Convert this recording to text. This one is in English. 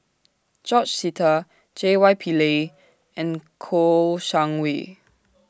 George Sita J Y Pillay and Kouo Shang Wei